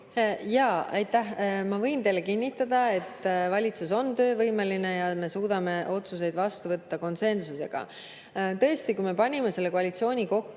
palun! Aitäh! Ma võin teile kinnitada, et valitsus on töövõimeline ja me suudame otsuseid vastu võtta konsensusega. Tõesti, kui me selle koalitsiooni